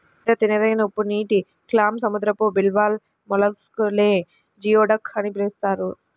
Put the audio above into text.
పెద్ద తినదగిన ఉప్పునీటి క్లామ్, సముద్రపు బివాల్వ్ మొలస్క్ నే జియోడక్ అని పిలుస్తారు